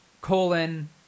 colon